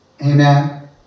Amen